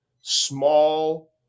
small